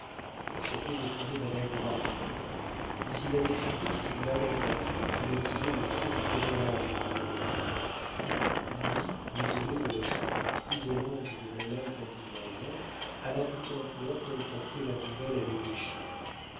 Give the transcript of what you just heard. du châtelet défendait madame de bargeton mais il la défendait si maladroitement qu'il attisait le feu du commérage au lieu de l'éteindre lili désolée de la chute du plus bel ange de l'olympe angoumoisin alla tout en pleurs colporter la nouvelle à l'évêché